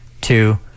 two